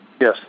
Yes